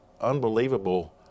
unbelievable